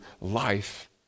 life